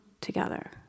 together